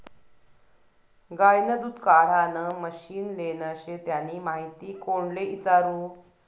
गायनं दूध काढानं मशीन लेनं शे त्यानी माहिती कोणले इचारु?